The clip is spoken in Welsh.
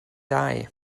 ddau